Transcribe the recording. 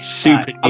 super